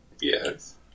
Yes